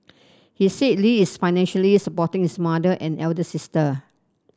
he said Lee is financially supporting his mother and elder sister